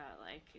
like-